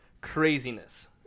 craziness